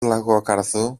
λαγόκαρδου